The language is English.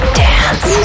dance